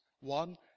One